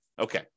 Okay